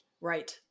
Right